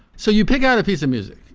so you pick out a piece of music.